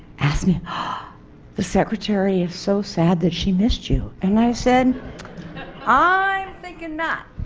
asked me the secretary so sad that she missed you. and i said i'm thinking not